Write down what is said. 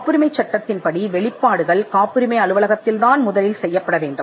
காப்புரிமைச் சட்டம் முதலில் காப்புரிமை அலுவலகத்திற்கு வெளிப்படுத்தப்பட வேண்டும்